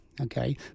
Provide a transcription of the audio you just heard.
okay